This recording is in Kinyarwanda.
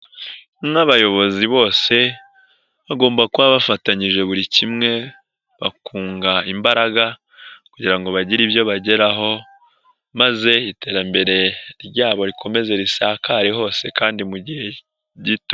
N'abayobozi bose bagomba kuba bafatanyije buri kimwe bakunga imbaraga kugira ngo bagire ibyo bageraho maze iterambere ryabo rikomeze risakare hose kandi mu gihe gito.